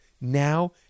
now